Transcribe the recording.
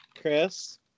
Chris